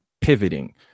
pivoting